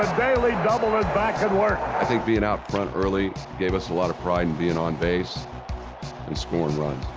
daily double is back at work. i think being out front early gave us a lot of pride in being on base and scoring runs,